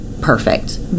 Perfect